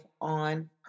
on